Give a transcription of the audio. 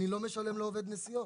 אני לא משלם לעובד נסיעות.